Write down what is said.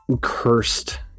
cursed